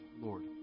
Lord